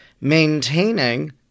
maintaining